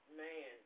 man